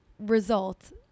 results